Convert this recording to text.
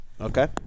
Okay